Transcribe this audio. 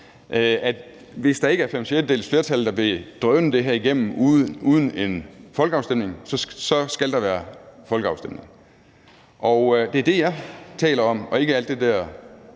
Hvis der ikke er fem sjettedeles flertal, der vil drøne det her igennem uden en folkeafstemning, så skal der være folkeafstemning. Det er det, jeg taler om, og ikke alt det der